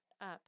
up